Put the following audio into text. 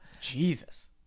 Jesus